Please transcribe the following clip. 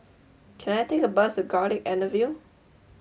can I take a bus to Garlick Avenue